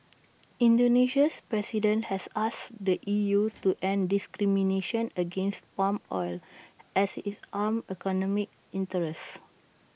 Indonesia's president has asked the E U to end discrimination against palm oil as IT harms economic interests